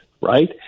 right